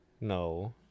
No